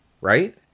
right